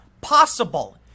possible